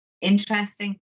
interesting